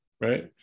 right